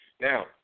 Now